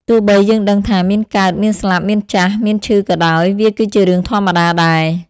ទោះបីយើងដឹងថា មានកើត មានស្លាប់ មានចាស់ មានឈឺក៏ដោយ វាគឺជារឿងធម្មតាដែរ។